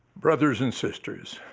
brothers and sisters,